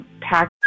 pack